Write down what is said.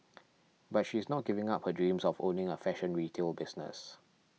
but she is not giving up her dreams of owning a fashion retail business